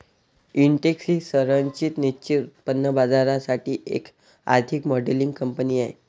Intex ही संरचित निश्चित उत्पन्न बाजारासाठी एक आर्थिक मॉडेलिंग कंपनी आहे